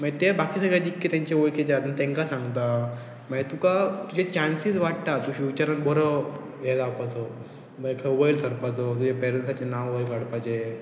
मागीर ते बाकी सगळे तेंचे वळखीचे आसा नू तांकां सांगता मागी तुका तुजे चान्सीस वाडटा तुजे फ्युचरान बरो हें जावपाचो मागीर खंय वयर सरपाचो तुजे पेरंट्साचें नांव वयर काडपाचें